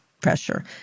pressure